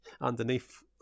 underneath